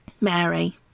Mary